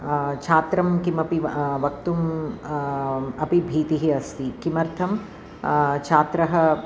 छात्रं किमपि वक्तुं अपि भीतिः अस्ति किमर्थं छात्रः